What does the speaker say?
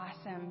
awesome